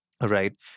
Right